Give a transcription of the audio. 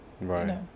right